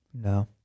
No